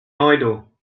idol